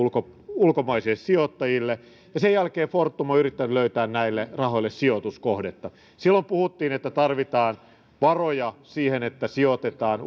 ulkomaisille sijoittajille ja sen jälkeen fortum on yrittänyt löytää näille rahoille sijoituskohdetta silloin puhuttiin että tarvitaan varoja siihen että sijoitetaan